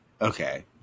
Okay